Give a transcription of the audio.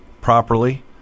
properly